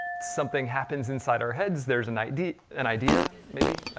something happens inside our heads, there's an idea an idea maybe,